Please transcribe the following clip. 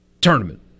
Tournament